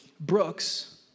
brooks